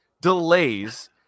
delays